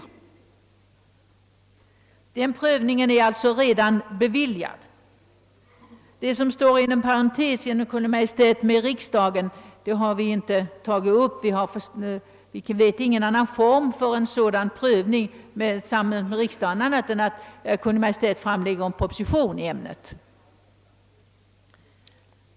Önskemålet om en prövning av Kungl. Maj:t är alltså redan uppfyllt. Det som står inom parentes —».»— har vi inte tagit upp. Vi vet ingen annan form för en sådan prövning tillsammans med riksdagen än den som sker, då Kungl. Maj:t framlägger en proposition i ämnet.